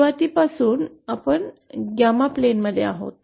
सुरवातीपासून आपण 𝜞 प्लेनमध्ये आहोत